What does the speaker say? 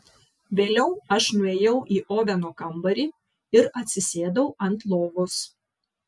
vėliau aš nuėjau į oveno kambarį ir atsisėdau ant lovos